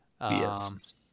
Yes